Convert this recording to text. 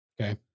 Okay